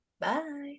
Bye